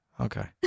Okay